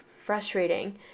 frustrating